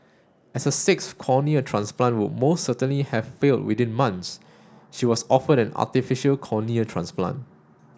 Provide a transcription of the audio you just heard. as a sixth cornea transplant would most certainly have failed within months she was offered an artificial cornea transplant